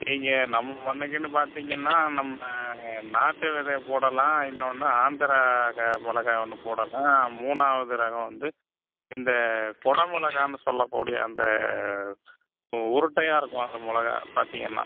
நீங்கள் நம்ப மண்ணுக்குன்னு பார்த்தீங்கனா நம்ம நாட்டு விதைய போடலாம் இன்னொன்று ஆந்திரா க மிளகா ஒன்று போடலாம் மூணாவது ரகம் வந்து இந்த கொட மிளகான்னு சொல்லக்கூடிய அந்த உ உருட்டையாக இருக்கும் அந்த மிளகா பார்த்தீங்கனா